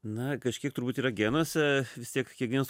na kažkiek turbūt yra genuose vis tiek kiekvienas